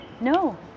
No